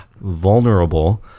Vulnerable